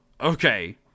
Okay